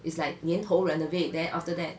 it's like 年头 renovate then after that